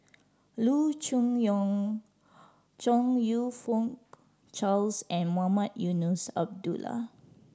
Loo Choon Yong Chong You Fook Charles and Mohamed Eunos Abdullah